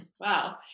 Wow